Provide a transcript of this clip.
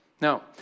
Now